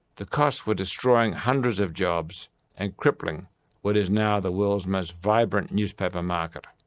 the costs were destroying hundreds of jobs and crippling what is now the world's most vibrant newspaper market.